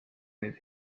neid